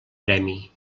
premi